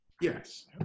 Yes